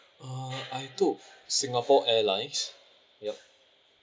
uh I took singapore airlines ya